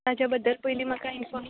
ताजे बद्दल पयलीं म्हाका इनफोर्म